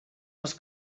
els